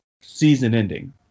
season-ending